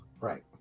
Right